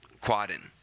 Quaden